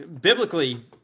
Biblically